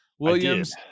Williams